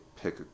pick